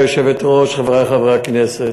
גברתי היושבת-ראש, חברי חברי הכנסת,